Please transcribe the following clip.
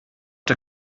der